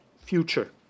future